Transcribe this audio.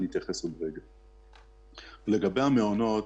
לגבי המעונות,